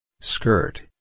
skirt